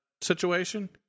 situation